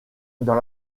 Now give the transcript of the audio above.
dans